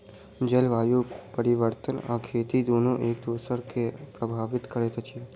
जलवायु परिवर्तन आ खेती दुनू एक दोसरा के प्रभावित करैत अछि